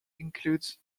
includes